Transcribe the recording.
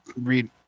read